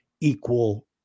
equal